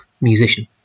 musician